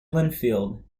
linfield